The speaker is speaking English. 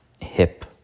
hip